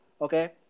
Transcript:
Okay